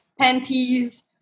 panties